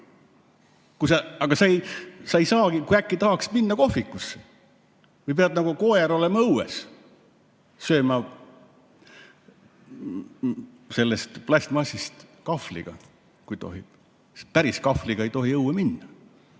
Aga sa ei saagi, kui äkki tahaks minna kohvikusse. Pead nagu koer olema õues, sööma plastmassist kahvliga, kui tohib, päriskahvliga ei tohi ju õue minna,